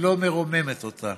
ולא מרוממת אותה.